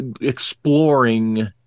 exploring